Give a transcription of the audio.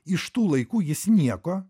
iš tų laikų jis nieko